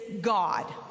God